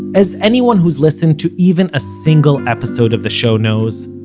as anyone who's listened to even a single episode of the show knows,